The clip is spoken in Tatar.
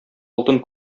алтын